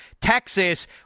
Texas